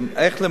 איך להימנע,